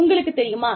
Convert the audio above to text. உங்களுக்கு தெரியுமா